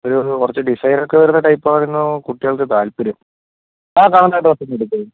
അത് കുറച്ച് design okay വരുന്ന ടൈപ്പ് ആയിരുന്നു കുട്ടികൾക്കു താല്പര്യം ആ കാണുന്ന ഷർട്ട് ഇങ്ങ് എടുക്കുമോ